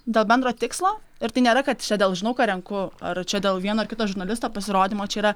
dėl bendro tikslo ir tai nėra kad čia dėl žinau ką renku ar čia dėl vieno ar kito žurnalisto pasirodymo čia yra